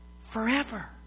forever